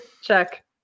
Check